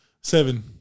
Seven